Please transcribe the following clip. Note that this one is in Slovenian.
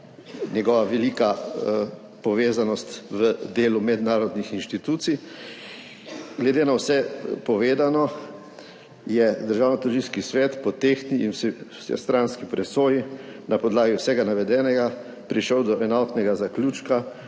njegova velika povezanost v delu mednarodnih inštitucij. Glede na vse povedano je Državnotožilski svet po tehtni in vsestranski presoji na podlagi vsega navedenega prišel do enotnega zaključka,